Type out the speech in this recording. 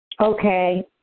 Okay